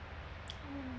oh